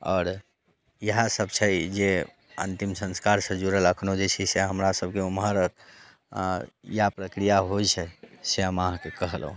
आओर इएहसभ छै जे अन्तिम संस्कारसँ जुड़ल एखनहु जे छै से हमरासभके ओम्हर इएह प्रक्रिया होइत छै से हम अहाँके कहलहुँ